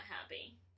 happy